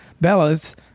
Bella's